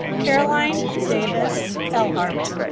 caroline davis ehlhardt